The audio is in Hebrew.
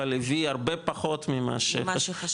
אבל הביא הרבה פחות ממה שחשבו,